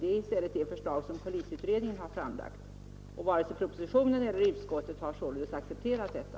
Det är i stället det förslag som polisutredningen har framlagt, och varken propositionen eller utskottet har alltså accepterat detta.